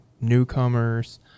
newcomers